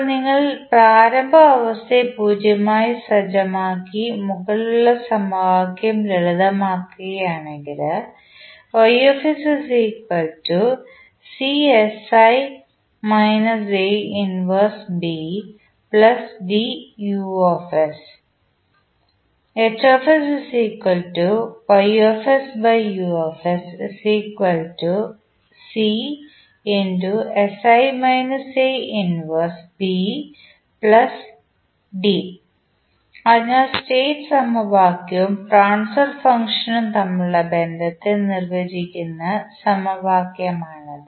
ഇപ്പോൾ നിങ്ങൾ പ്രാരംഭ അവസ്ഥ 0 ആയി സജ്ജമാക്കി മുകളിലുള്ള സമവാക്യം ലളിതമാക്കുകയാണെങ്കിൽ അതിനാൽ സ്റ്റേറ്റ് സമവാക്യവും ട്രാൻസ്ഫർ ഫംഗ്ഷൻ ഉം തമ്മിലുള്ള ബന്ധത്തെ നിർവചിക്കുന്ന സമവാക്യമാണിത്